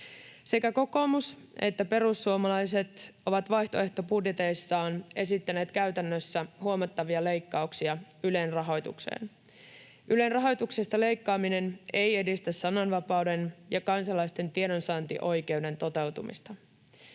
Sekä kokoomus että perussuomalaiset ovat vaihtoehtobudjeteissaan esittäneet käytännössä huomattavia leikkauksia Ylen rahoitukseen. Ylen rahoituksesta leikkaaminen ei edistä sananvapauden ja kansalaisten tiedonsaantioikeuden toteutumista.